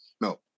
No